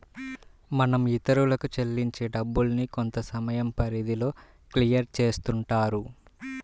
మనం ఇతరులకు చెల్లించే డబ్బుల్ని కొంతసమయం పరిధిలో క్లియర్ చేస్తుంటారు